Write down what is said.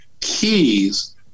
keys